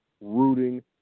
rooting